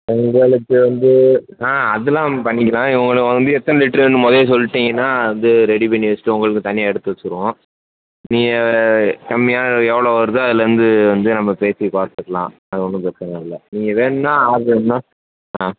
உங்களுக்காக வந்து ஆ அதெலாம் பண்ணிக்கலாம் உங்களுக்கு வந்து எத்தனை லிட்ரு வேணும் மொதயே சொல்லிட்டீங்கன்னால் வந்து ரெடி பண்ணி வைச்சுட்டு உங்களுக்குத் தனியாக எடுத்து வைச்சுருவோம் நீங்கள் கம்மியாக எவ்வளோ வருதோ அதுலிருந்து வந்து நம்ம பேசி பார்த்துக்கலாம் அது ஒன்றும் பிரச்சனை இல்லை நீங்கள் வேணும்னா ஆ